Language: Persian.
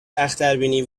اختربینی